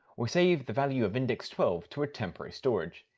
we save the value of index twelve to a temporary storage.